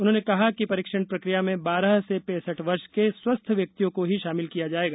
उन्होंने कहा कि परीक्षण प्रक्रिया में बारह से पैंसठ वर्ष के स्वस्थ व्यक्तियों को ही शामिल किया जाएगा